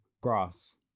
Grass